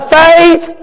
faith